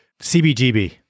CBGB